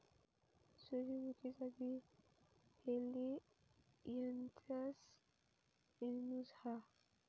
सूर्यमुखीचा बी Helianthus annuus हा